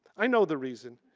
i know the reason.